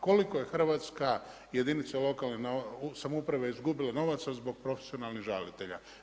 Koliko je Hrvatska, jedinica lokalne samouprave izgubila novaca zbog profesionalnih žalitelja?